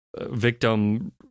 victim